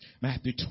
Matthew